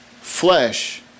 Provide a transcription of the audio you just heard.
Flesh